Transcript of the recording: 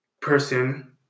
person